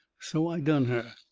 so i done her.